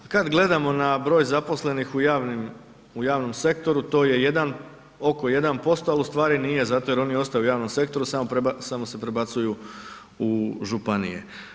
Kada gledamo na broj zaposlenih u javnom sektoru, to je oko 1%, ali ustvari nije zato jer oni ostaju u javnom sektoru samo se prebacuju u županije.